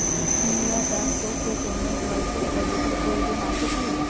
মূলা চাষ করতে কোনো জলসেচ পদ্ধতির প্রয়োজন আছে কী?